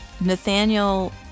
Nathaniel